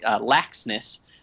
laxness